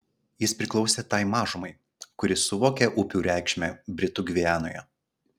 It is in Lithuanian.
jis priklausė tai mažumai kuri suvokė upių reikšmę britų gvianoje